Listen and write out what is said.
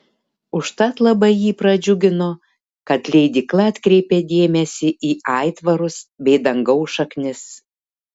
užtat labai jį pradžiugino kad leidykla atkreipė dėmesį į aitvarus bei dangaus šaknis